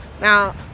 Now